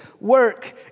work